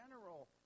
general